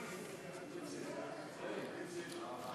דחיית מועד פירעון של הלוואה לדיור ללקוח מובטל),